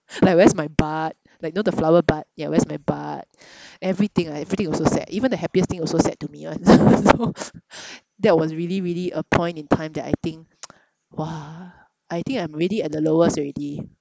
like where's my bud like you know the flower bud yeah where's my bud everything ah everything also sad even the happiest thing also sad to me [one] so that was really really a point in time that I think !wah! I think I'm really at the lowest already